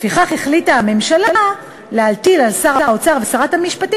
לפיכך החליטה הממשלה להטיל על שר האוצר ושרת המשפטים